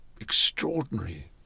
extraordinary